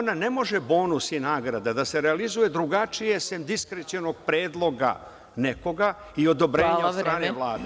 Ne može bonus i nagrada da se realizuju drugačije sem diskrecionog predloga nekoga i odobravanja od strane Vlade.